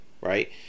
right